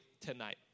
tonight